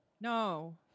No